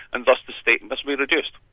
and thus the state must be reduced.